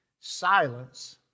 Silence